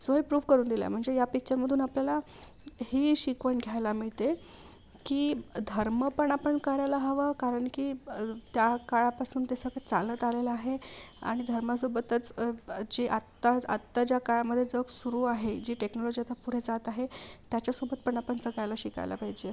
so हे proof करून दिलंय म्हणजे या पिक्चरमधून आपल्याला ही शिकवण घ्यायला मिळते की धर्म पण आपण करायला हवा कारण की त्या काळापासून ते सगळं चालत आलेलं आहे आणि धर्मासोबतच जे आत्ता आत्ताच्या काळामध्ये जग सुरू आहे जी टेक्नॉलॉजी आता पुढे जात आहे त्याच्यासोबत पण आपण जगायला शिकायला पाहिजे आहे